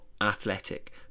athletic